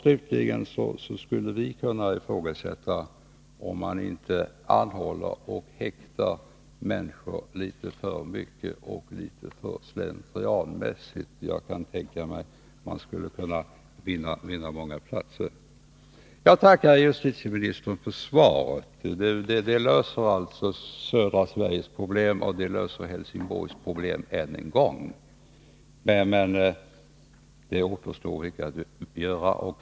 Slutligen skulle vi kunna ifrågasätta om man inte anhåller och häktar människor litet för mycket och litet för slentrianmässigt. Jag föreställer mig att man skulle kunna vinna många platser med en annan praxis. Jag tackar justitieministern än en gång för svaret på min fråga. Det löser Helsingborgs och södra Sveriges problem på området, men det återstår mycket att göra.